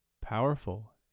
powerful